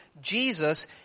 Jesus